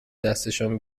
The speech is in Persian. دستشان